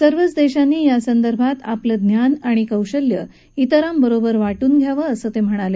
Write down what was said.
सर्वच देशांनी यासंदर्भात आपलं ज्ञान आणि कौशल्य तिरांबरोबर वाहून घ्यावं असं ते म्हणाले